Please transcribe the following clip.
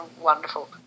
wonderful